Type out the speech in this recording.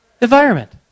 environment